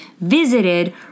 visited